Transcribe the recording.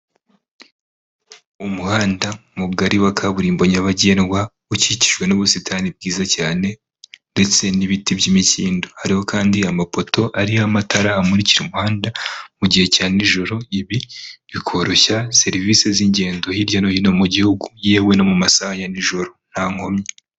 Umuhanda mugari wa kaburimbo nyabagendwa, ukikijwe n'ubusitani bwiza cyane ndetse n'ibiti by'imikindo. Hariho kandi amapoto ariho amatara amurikira umuhanda mu gihe cya nijoro, ibi bikoroshya serivisi z'ingendo hirya no hino mu gihugu, yewe no mu masaha ya nijoro nta nkomyi.